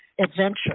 adventure